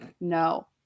No